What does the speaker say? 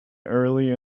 early